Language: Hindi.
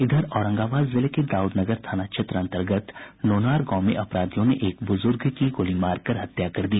इधर औरंगाबाद जिले के दाउद नगर थाना क्षेत्र अंतर्गत नोनार गांव में अपराधियों ने एक बुजुर्ग की गोली मारकर हत्या कर दी